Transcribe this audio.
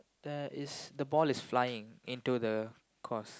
there is the ball is flying into the course